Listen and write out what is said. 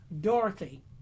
Dorothy